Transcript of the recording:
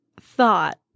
thought